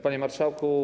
Panie Marszałku!